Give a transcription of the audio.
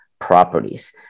properties